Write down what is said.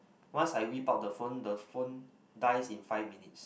once I whip out the phone the phone dies in five minutes